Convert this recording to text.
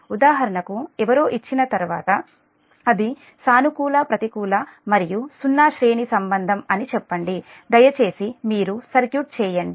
ఉదాహరణకు ఎవరో ఇచ్చిన తర్వాత అది సానుకూల ప్రతికూల మరియు సున్నా శ్రేణి సంబంధం అని చెప్పండి దయచేసి మీరు సర్క్యూట్ చేయండి